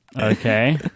okay